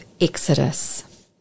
Exodus